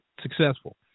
successful